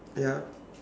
ya